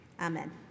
Amen